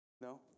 No